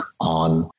on